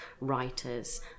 writers